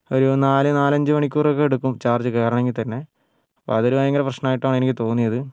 ഒരു നാല് നാലഞ്ചു മണിക്കൂറൊക്കെ എടുക്കും ചാർജ് കയറണമെങ്കിൽത്തന്നെ അപ്പോൾ അതൊരു ഭയങ്കര പ്രശ്നമായിട്ടാണ് എനിക്ക് തോന്നിയത്